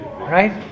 right